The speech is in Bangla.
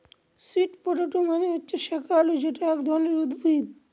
স্যুট পটেটো মানে হল শাকালু যেটা এক ধরনের উদ্ভিদ